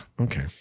Okay